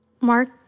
mark